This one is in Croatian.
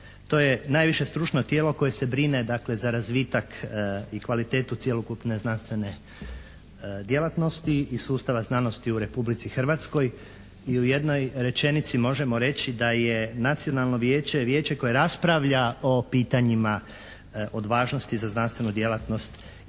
to je najviše stručno tijelo koje se brine dakle za razvitak i kvalitetu cjelokupne znanstvene djelatnosti i sustava znanosti u Republici Hrvatskoj. I u jednoj rečenici možemo reći da je Nacionalno vijeće vijeće koje raspravlja o pitanjima od važnosti za znanstvenu djelatnost i predlaže